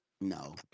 No